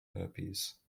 herpes